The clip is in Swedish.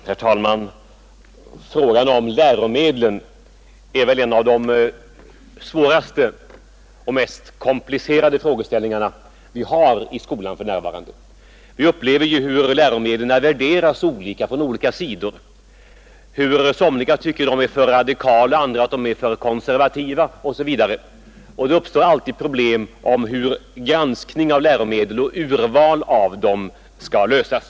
Herr talman! Frågan om läromedlen är väl en av de svåraste och mest komplicerade frågeställningar vi har i skolan för närvarande. Vi upplever hur läromedlen värderas olika från olika håll, hur somliga tycker att de är för radikala, andra att de är för konservativa osv. Det uppstår alltid problem om hur granskning av läromedel och urval av dem skall ske.